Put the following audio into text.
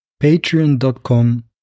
Patreon.com